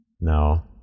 No